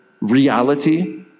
reality